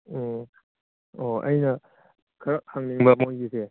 ꯑꯣ ꯑꯣ ꯑꯩꯅ ꯈꯔꯈꯪꯅꯤꯡꯕ ꯃꯣꯏꯒꯤꯖꯦ